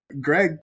Greg